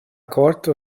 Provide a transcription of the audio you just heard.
korto